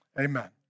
amen